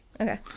Okay